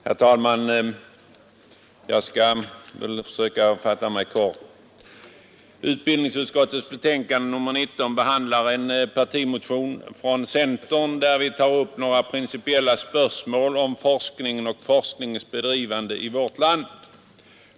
Herr talman! Jag skall försöka fatta mig kort. Utbildningsutskottets betänkande nr 19 behandlar en partimotion från centern, där vi tar upp några principiella spörsmål om forskningen och forskningens bedrivande i vårt land.